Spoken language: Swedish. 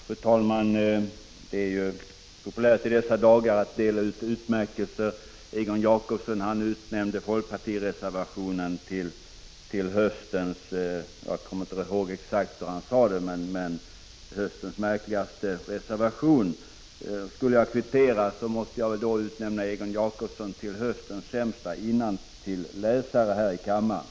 Fru talman! Det är ju populärt i dessa dagar att dela ut utmärkelser. Egon Jacobsson utnämnde folkpartireservationen till höstens märkligaste reservation. Skulle jag kvittera, så måste jag väl utnämna Egon Jacobsson till höstens sämste innantilläsare här i kammaren.